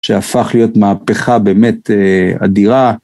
שהפך להיות מהפכה באמת אדירה.